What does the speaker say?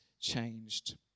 changed